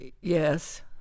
Yes